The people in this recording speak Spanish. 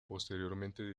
posteriormente